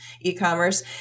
e-commerce